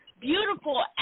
beautiful